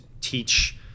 teach